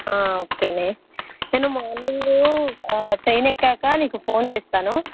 okay నేను morning train ఎక్కినాక నీకు ఫోన్ చేస్తాను